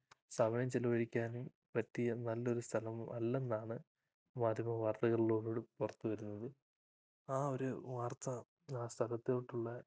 സമയം ചെലവഴിക്കാനും പറ്റിയ നല്ലൊരു സ്ഥലം അല്ലെന്നാണ് മാധ്യമവാർത്തകളിലൂടെ പുറത്ത് വരുന്നത് ആ ഒരു വാർത്ത ആ സ്ഥലത്തോട്ടുള്ള